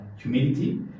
humidity